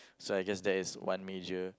so I guess that is one major